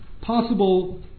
possible